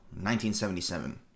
1977